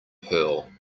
pearl